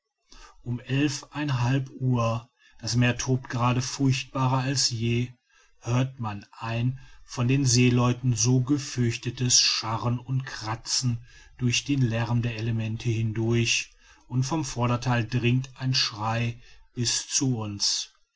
um elf ein halb uhr das meer tobt gerade furchtbarer als je hört man ein von den seeleuten so gefürchtetes scharren und kratzen durch den lärm der elemente hindurch und vom vordertheil dringt ein schrei bis zu uns